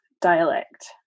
dialect